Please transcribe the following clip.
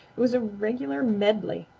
it was a regular medley.